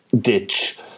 ditch